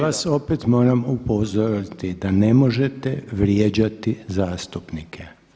Ja vas opet moram upozoriti da ne možete vrijeđati zastupnike.